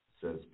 says